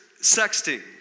sexting